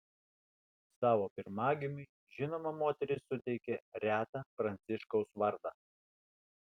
savo pirmagimiui žinoma moteris suteikė retą pranciškaus vardą